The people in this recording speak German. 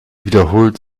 wiederholt